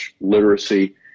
literacy